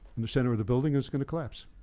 and the center of the building is gonna collapse.